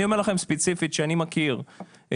אני אומר לכם ספציפית שאני מכיר נתונים.